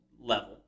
level